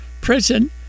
prison